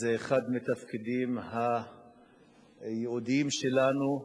זה אחד מהתפקידים הייעודיים שלנו,